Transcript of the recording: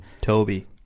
Toby